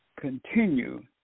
continue